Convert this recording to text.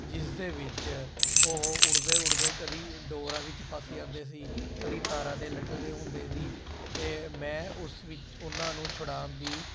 ਜਿਸ ਦੇ ਵਿੱਚ ਉਹ ਉੱਡਦੇ ਉੱਡਦੇ ਕਦੇ ਡੋਰਾਂ ਵਿੱਚ ਫਸ ਜਾਂਦੇ ਸੀ ਕਦੇ ਤਾਰਾਂ 'ਤੇ ਲਟਕਦੇ ਹੁੰਦੇ ਸੀ ਅਤੇ ਮੈਂ ਉਸ ਵਿੱਚ ਉਹਨਾਂ ਨੂੰ ਛੁਡਾਉਣ ਦੀ